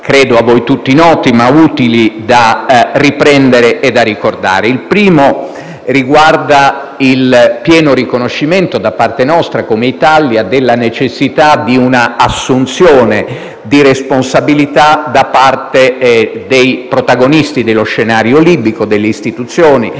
siano a voi tutti noti, ma utili da riprendere e ricordare. Il primo riguarda il pieno riconoscimento da parte nostra, come Italia, della necessità di un'assunzione di responsabilità da parte dei protagonisti dello scenario libico, delle istituzioni